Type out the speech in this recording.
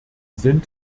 sind